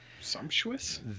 Sumptuous